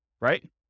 right